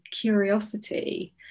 curiosity